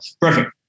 Perfect